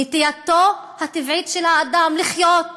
נטייתו הטבעית של האדם לחיות,